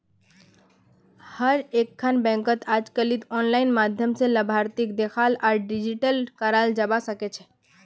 हर एकखन बैंकत अजकालित आनलाइन माध्यम स लाभार्थीक देखाल आर डिलीट कराल जाबा सकेछे